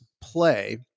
play